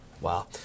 Wow